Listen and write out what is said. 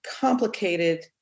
complicated